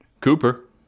Cooper